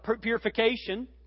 purification